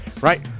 right